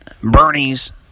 Bernie's